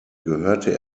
gehörte